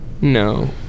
No